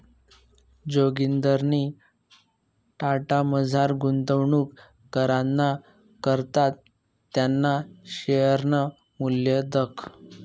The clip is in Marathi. जोगिंदरनी टाटामझार गुंतवणूक कराना करता त्याना शेअरनं मूल्य दखं